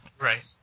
Right